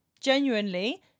genuinely